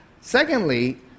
Secondly